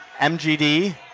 MGD